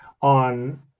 on